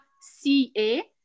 CA